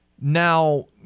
Now